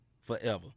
forever